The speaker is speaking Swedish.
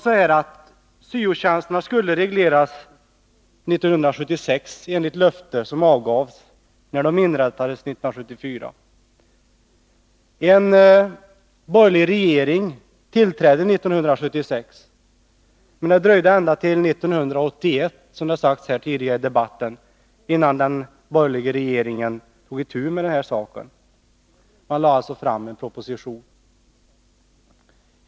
Syo-tjänsterna skulle regleras 1976, enligt det löfte som gavs när de inrättades 1974. En borgerlig regering tillträdde 1976, men det dröjde ända till 1981, som har sagts här tidigare i debatten, innan den borgerliga regeringen tog itu med denna sak och lade fram en proposition.